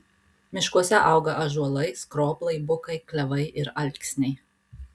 miškuose auga ąžuolai skroblai bukai klevai ir alksniai